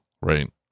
right